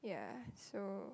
yeah so